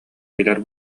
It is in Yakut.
билэр